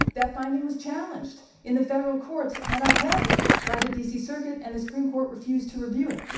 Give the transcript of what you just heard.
that finding was challenged in the federal courts and upheld by the d. c. circuit and the supreme court refused to review it.